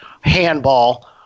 handball